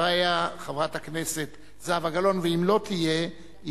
חברת הכנסת זהבה גלאון, ואם לא תהיה,